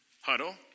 huddle